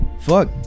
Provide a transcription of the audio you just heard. Fuck